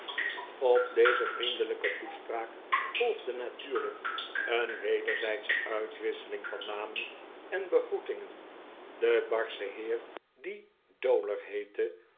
op deze vriendelijke toespraak volgde natuurlijk een wederzijdsche uitwisseling van namen en begroetingen de barsche heer die dowler heette